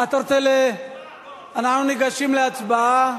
אתה רוצה, אנחנו ניגשים להצבעה.